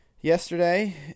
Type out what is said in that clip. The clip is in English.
yesterday